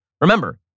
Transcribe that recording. Remember